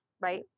right